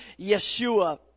Yeshua